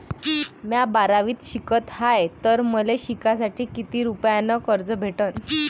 म्या बारावीत शिकत हाय तर मले शिकासाठी किती रुपयान कर्ज भेटन?